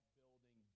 building